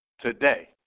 today